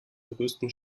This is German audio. größten